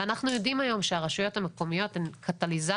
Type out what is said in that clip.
ואנחנו יודעים היום שהרשויות המקומיות הן קטליזטור